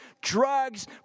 drugs